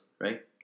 right